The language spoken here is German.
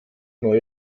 neu